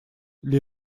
для